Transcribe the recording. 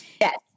Yes